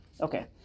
okay